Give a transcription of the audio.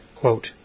Quote